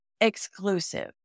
exclusive